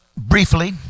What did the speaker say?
Briefly